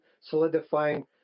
solidifying